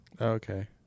Okay